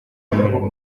imibonano